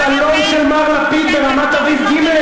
בסלון של מר לפיד ברמת-אביב ג',